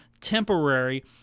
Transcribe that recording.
temporary